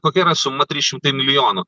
kokia yra suma trys šimtai milijonų